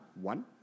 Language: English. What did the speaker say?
one